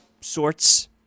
sorts